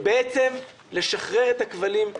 בעצם לשחרר את הכבלים,